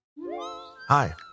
Hi